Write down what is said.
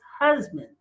husband